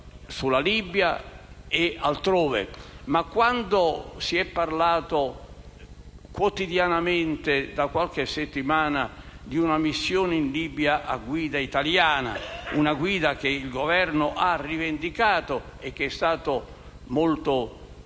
in Libia e altrove. Quando si è parlato - quotidianamente da qualche settimana - di una missione in Libia a guida italiana, ruolo che il Governo ha rivendicato e che è stato comprensibilmente